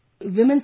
women